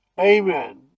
Amen